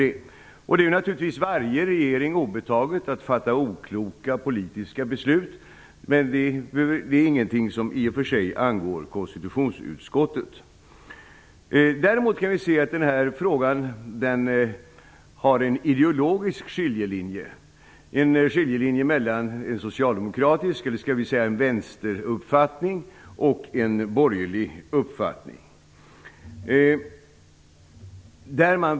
Det är naturligtvis varje regering obetaget att fatta okloka politiska beslut; det är inget som i och för sig angår konstitutionsutskottet. Däremot kan vi se att frågan har en ideologisk skiljelinje mellan en socialdemokratisk uppfattning, eller skall vi säga en vänsteruppfattning, och en borgerlig uppfattning.